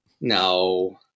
No